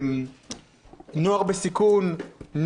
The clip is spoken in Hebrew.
נוער בסיכון,